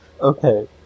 Okay